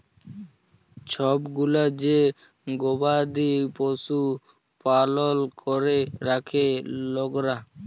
ছব গুলা যে গবাদি পশু পালল ক্যরে রাখ্যে লকরা